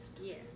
Yes